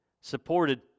supported